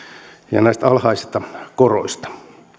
ja näistä alhaisista koroista